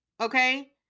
Okay